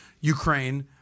ukraine